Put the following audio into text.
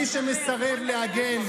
מי שמסרב להגן,